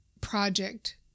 project